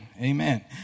Amen